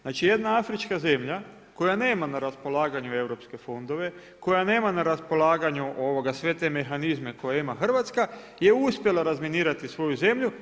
Znači jedna afrička zemlja koja nema na raspolaganju europske fondove, koja nema na raspolaganju sve te mehanizme koje ima Hrvatska je uspjela razminirati svoju zemlju.